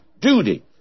duty